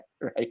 right